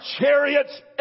chariots